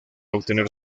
obtener